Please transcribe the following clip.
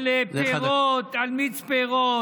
על פירות, על מיץ פירות,